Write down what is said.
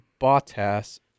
Bottas